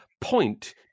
point